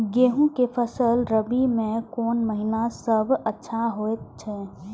गेहूँ के फसल रबि मे कोन महिना सब अच्छा होयत अछि?